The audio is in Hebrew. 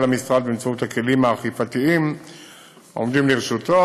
המשרד באמצעות כלי האכיפה העומדים לרשותו.